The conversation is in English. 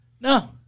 no